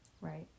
Right